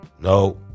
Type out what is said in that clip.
No